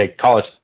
college